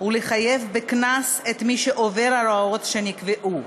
ולחייב בקנס את מי שעובר על ההוראות שנקבעו.